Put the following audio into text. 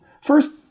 First